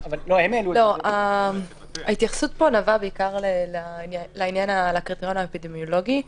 ההתייחסות פה נבעה לעיקרון האפידמיולוגי.